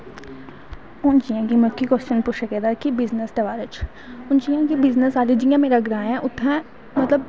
हून जियां कि मिगी कव्शन पुच्छेआ गेदा ऐ कि बिज़नस दै बारै हून जियां कि बिजनस आह्ले जियां कि मेरा ग्रां ऐ उत्थैं मतलव